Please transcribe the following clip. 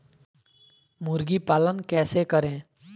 मुर्गी पालन कैसे करें?